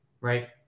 right